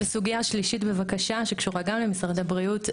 הסוגיה השלישית קשורה גם היא למשרד הבריאות.